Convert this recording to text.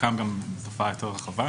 בחלקן גם התופעה יותר רחבה.